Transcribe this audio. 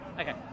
Okay